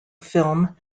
film